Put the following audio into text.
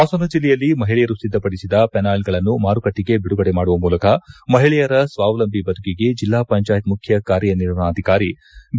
ಹಾಸನ ಜಲ್ಲೆಯಲ್ಲಿ ಮಹಿಳೆಯರು ಸಿದ್ಧಪಡಿಸಿದ ವೆನಾಯಿಲ್ಗಳನ್ನು ಮಾರುಕಟ್ಟಿಗೆ ಬಿಡುಗಡೆ ಮಾಡುವ ಮೂಲಕ ಮಹಿಳೆಯರ ಸ್ವಾವಲಂಬಿ ಬದುಕಿಗೆ ಜಿಲ್ಲಾ ಪಂಜಾಯತ್ ಮುಖ್ಯ ಕಾರ್ಯನಿರ್ವಾಹಣಾಧಿಕಾರಿ ಬಿ